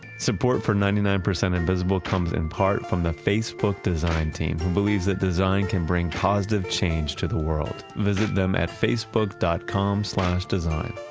support for ninety nine percent invisible come in part from the facebook design team who believes that design can bring positive change to the world. visit them at facebook dot com slash design.